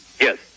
Yes